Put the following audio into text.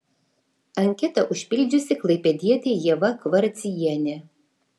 anketą užpildžiusi klaipėdietė ieva kvaraciejienė